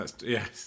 Yes